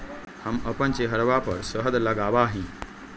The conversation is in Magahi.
हम अपन चेहरवा पर शहद लगावा ही